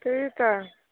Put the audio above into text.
त्यही त